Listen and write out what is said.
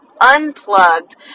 unplugged